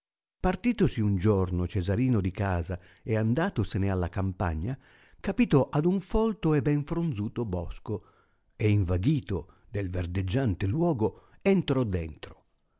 partitosi un giorno cesarino di casa e andatosene alla campagna capitò ad un folto e ben fronzuto bosco e invaghito del verdeggiante luogo entrò dentro